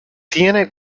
tiene